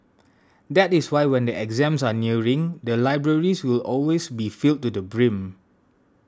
that is why when the exams are nearing the libraries will always be filled to the brim